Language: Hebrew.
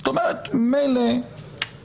זאת אומרת, מילא